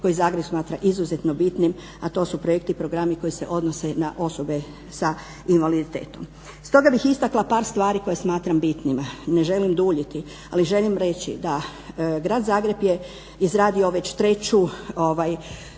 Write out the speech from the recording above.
koji Zagreb smatra izuzetno bitnim, a to su projekti i programi koji se odnose na osobe s invaliditetom. Stoga bih istakla par stvari koje smatram bitnima. Ne želim duljiti, ali želim reći da Grad Zagreb je izradio već treću